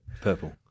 Purple